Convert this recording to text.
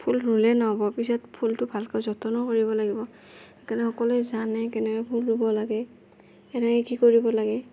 ফুল ৰুলে নহ'ব পিছত ফুলটো ভালকৈ যতনো কৰিব লাগিব সেইকাৰণে সকলোৱে জানে কেনেকে ফুল ৰুব লাগে কেনেকে কি কৰিব লাগে